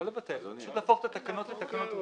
לא לבטל, פשוט להפוך את התקנות לתקנות רשות.